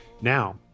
Now